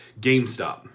GameStop